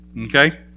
Okay